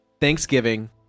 Thanksgiving